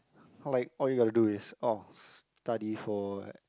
like all you got to do is oh study for